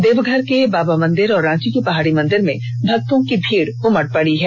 देवघर के बाबा मंदिर और रांची की पहाड़ी मंदिर में भक्तों की भीड़ उमड़ रही है